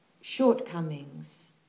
shortcomings